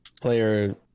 player